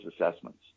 assessments